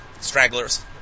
stragglers